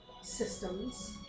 systems